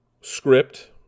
script